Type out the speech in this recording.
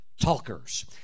Talkers